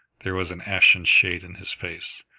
there was an ashen shade in his face.